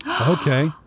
Okay